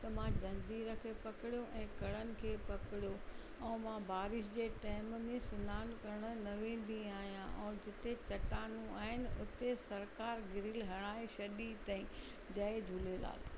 त मां जंजीर खे पकड़ियो ऐं घणनि खे पकड़ियो ऐं मां बारिश जे टाइम में सनानु करण न वेंदी आहियां और जिते चट्टानू आहिनि उते सरकार ग्रिल हणाए छॾी अथई जय झूलेलाल